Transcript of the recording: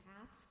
past